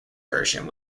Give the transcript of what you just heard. version